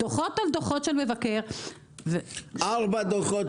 יש דוחות על דוחות של מבקר -- ארבעה דוחות